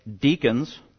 deacons